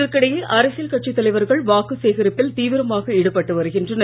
இதற்கிடையே அரசியல் கட்சித் தலைவர்கள் வாக்கு சேகரிப்பில் தீவிரமாக ஈடுபட்டு வருகின்றனர்